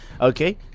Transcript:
okay